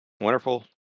Wonderful